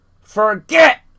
forget